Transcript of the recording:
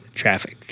traffic